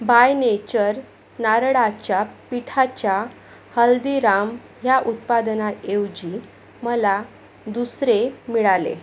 bye Nature नारळाच्या पीठाच्या हल्दीराम ह्या उत्पादनाऐवजी मला दुसरे मिळाले